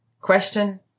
question